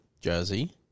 jersey